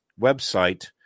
website